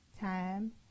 time